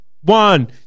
One